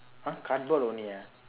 !huh! cardboard only ah